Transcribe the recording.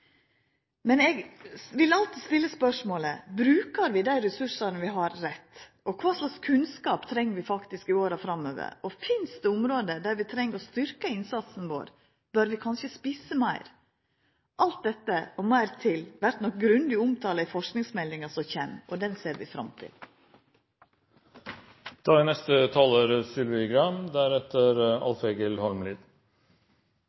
Men eg vil alltid stilla spørsmålet: Brukar vi dei ressursane vi har, rett? Kva slags kunnskap treng vi faktisk i åra framover? Og finst det område der vi treng å styrkja innsatsen vår? Bør vi kanskje spissa meir? Alt dette og meir til vert nok grundig omtala i forskingsmeldinga som kjem, og den ser vi fram til. En god del av de debattene vi har i denne salen, og de ansvarsområdene som er